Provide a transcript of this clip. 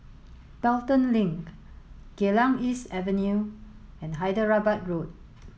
Pelton Link Geylang East Avenue and Hyderabad Road